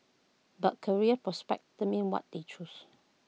but career prospects determined what they choose